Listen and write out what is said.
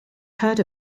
heard